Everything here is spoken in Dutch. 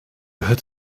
hebt